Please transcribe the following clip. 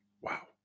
wow